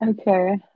Okay